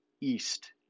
East